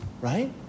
right